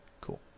Cool